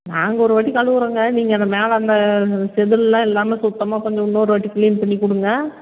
நாங்கள் ஒருவாட்டி கழுவுறோங்க நீங்கள் அந்த மேலே அந்த செதிலெலாம் இல்லாமல் சுத்தமாக கொஞ்சம் இன்னொரு வாட்டி க்ளீன் பண்ணி கொடுங்க